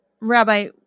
Rabbi